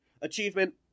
achievement